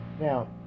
Now